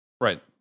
Right